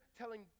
telling